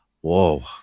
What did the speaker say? Whoa